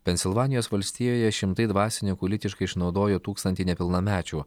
pensilvanijos valstijoje šimtai dvasininkų lytiškai išnaudojo tūkstantį nepilnamečių